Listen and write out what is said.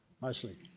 mostly